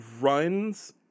runs